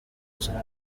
nzira